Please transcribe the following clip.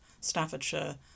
Staffordshire